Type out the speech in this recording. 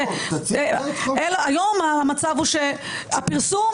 אלא היום המצב הוא שהפרסום,